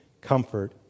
comfort